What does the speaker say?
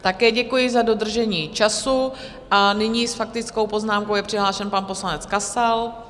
Také děkuji za dodržení času a nyní s faktickou poznámkou je přihlášen pan poslanec Kasal.